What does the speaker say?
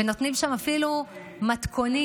ונותנים שם אפילו מתכונים.